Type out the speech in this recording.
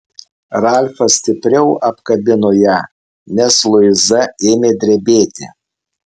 ralfas stipriau apkabino ją nes luiza ėmė drebėti